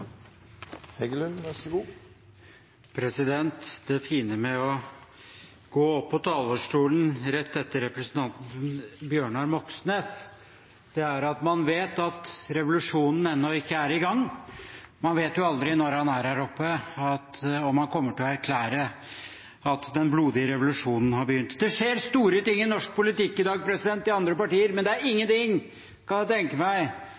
Det fine med å gå opp på talerstolen rett etter representanten Bjørnar Moxnes er at man vet at revolusjonen ennå ikke er i gang. Man vet jo aldri når han er her oppe, om han kommer til å erklære at den blodige revolusjonen har begynt. Det skjer store ting i norsk politikk i dag i andre partier, men det er ingenting jeg kan tenke meg